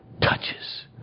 touches